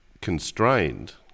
constrained